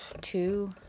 two